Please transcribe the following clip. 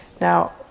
Now